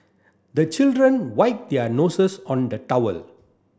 the children wipe their noses on the towel